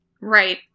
Right